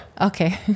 Okay